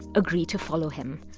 agree to follow him.